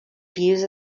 views